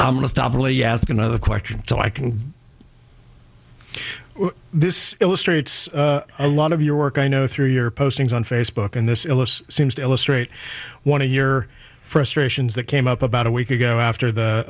doubly ask another question so i can this illustrates a lot of your work i know through your postings on facebook and this elice seems to illustrate one of your frustrations that came up about a week ago after the